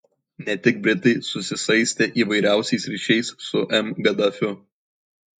ne tik britai susisaistė įvairiausiais ryšiais su m gaddafiu